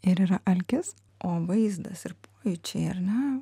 ir yra alkis o vaizdas ir pojūčiai ar ne